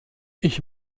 ich